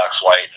White